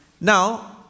Now